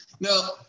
Now